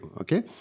Okay